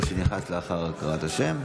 או שנכנס לאחר הקראת השם?